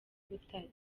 butare